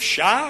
אבל אפשר?